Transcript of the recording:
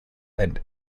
and